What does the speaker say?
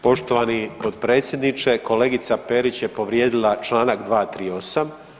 Poštovani potpredsjedniče, kolegica Perić je povrijedila čl. 238.